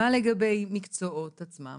מה לגבי מקצועות עצמם?